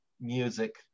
music